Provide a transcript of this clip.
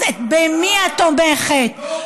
אז במי את תומכת?